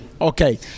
Okay